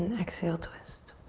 and exhale, twist.